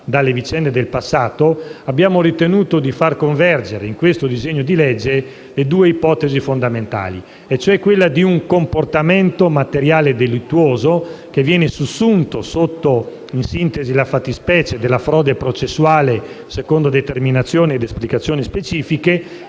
dalle vicende del passato, abbiamo ritenuto di far convergere nel citato disegno di legge le due ipotesi fondamentali, cioè quella di un comportamento materiale delittuoso che viene sussunto sotto la fattispecie della frode processuale secondo determinazioni ed esplicazioni specifiche